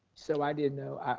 so i didn't know.